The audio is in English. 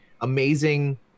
amazing